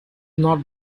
not